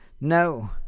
No